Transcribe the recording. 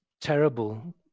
terrible